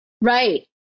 Right